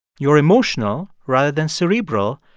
you're emotional rather than cerebral,